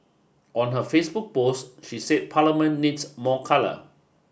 on her Facebook post she said Parliament needs more colour